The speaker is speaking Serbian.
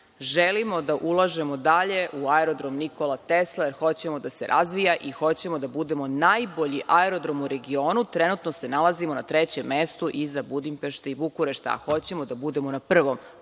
želimo da ulažemo dalje u aerodrom „Nikola Tesla“, hoćemo da se razvija i hoćemo da budemo najbolji aerodrom u regionu. Trenutno se nalazimo na trećem mestu, iza Budimpešte i Bukurešta, a hoćemo da budemo na prvom.